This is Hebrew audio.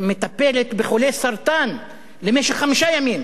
שמטפלת בחולי סרטן למשך חמישה ימים,